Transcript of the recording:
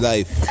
Life